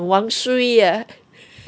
wang sui eh